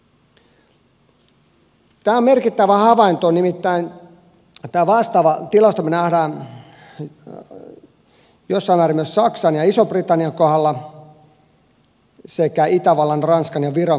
tämä on merkittävä havainto nimittäin tämän vastaavan tilaston me näemme jossain määrin myös saksan ja ison britannian kohdalla sekä itävallan ranskan ja viron kohdalla